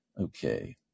Okay